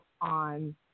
on